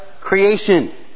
creation